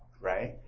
right